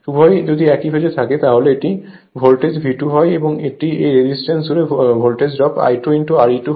উভয় যদি একই ফেজ এ থাকে তাহলে এটি ভোল্টেজ V2 হয় এবং এই রেজিস্ট্যান্স জুড়ে ভোল্টেজ ড্রপ I2 Re2 হয়